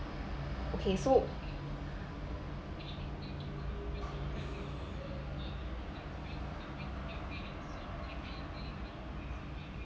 okay so